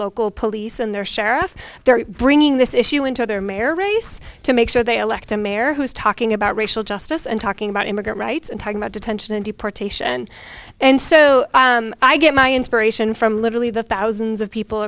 local police and their sheriff they're bringing this issue into their mayor race to make sure they elect a mayor who is talking about racial justice and talking about immigrant rights and talking about detention and deportation and so i get my inspiration from literally the thousands of people